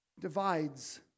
Divides